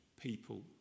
people